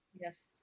Yes